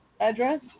address